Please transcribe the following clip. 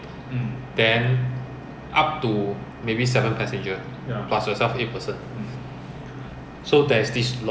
fortune or something like that but it's a van that can seat eight passenger or nine passenger one the configuration